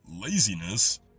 laziness